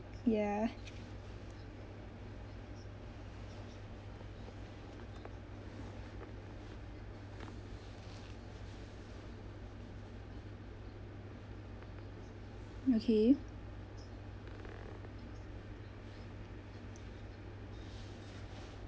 ya okay